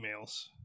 emails